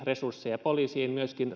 resursseja paitsi poliisiin myöskin